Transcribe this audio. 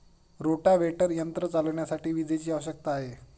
rotavator यंत्र चालविण्यासाठी विजेची आवश्यकता आहे